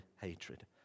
hatred